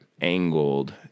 angled